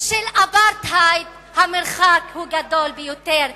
של אפרטהייד, המרחק גדול ביותר.